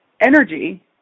energy